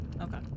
Okay